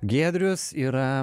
giedrius yra